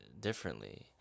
differently